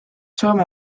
soome